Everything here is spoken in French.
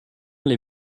les